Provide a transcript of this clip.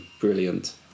brilliant